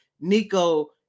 Nico